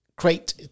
create